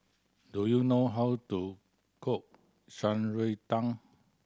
do you know how to cook Shan Rui Tang